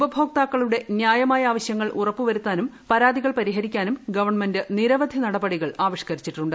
ഉപഭോക്താക്കളുടെ നൃായമായ ആവശൃങ്ങൾ ഉറപ്പുവരുത്താനും പരാതികൾ പരിഹരിക്കാനും ഗവൺമെൻ്റ് നിരവധി നടപടികൾ ആവിഷ്കരിച്ചിട്ടുണ്ട്